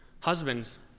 Husbands